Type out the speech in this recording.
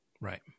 Right